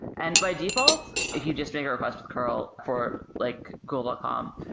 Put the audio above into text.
and by default, if you just make a request with curl for like google dot com,